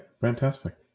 fantastic